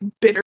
bitter